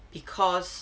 because